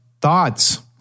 thoughts